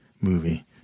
movie